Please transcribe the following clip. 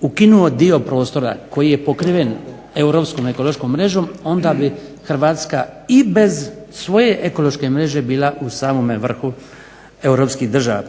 ukinuo dio prostora koji je pokriven europskom ekološkom mrežom onda bi Hrvatska i bez svoje ekološke mreže bila u samome vrhu europskih država.